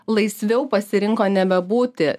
laisviau pasirinko nebebūti